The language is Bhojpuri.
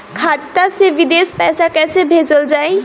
खाता से विदेश पैसा कैसे भेजल जाई?